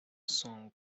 son